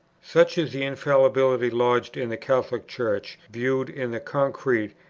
such is the infallibility lodged in the catholic church, viewed in the concrete,